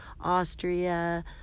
Austria